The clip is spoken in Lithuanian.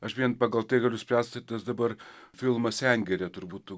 aš vien pagal tai galiu spręsti tas dabar filmas sengirė turbūt